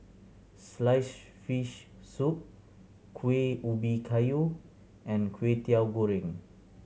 sliced fish soup Kuih Ubi Kayu and Kwetiau Goreng